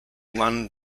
won